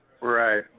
right